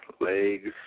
legs